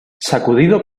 sacudido